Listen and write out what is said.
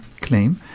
claim